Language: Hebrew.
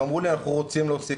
הם אמרו לי 'אנחנו רוצים להוסיף,